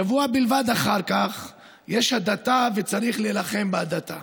שבוע בלבד אחר כך: יש הדתה וצריך להילחם בהדתה.